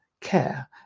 care